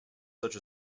such